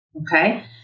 Okay